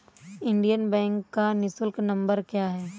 Indian bank का निःशुल्क number क्या है?